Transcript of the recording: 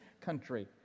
country